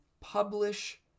publish